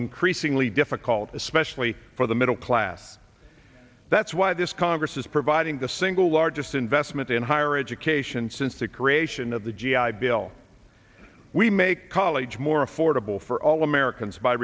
increasingly difficult especially for the middle class that's why this congress is providing the single largest investment in higher education since the creation of the g i bill we make college more affordable for all americans by